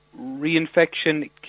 Reinfection